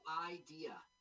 idea